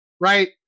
Right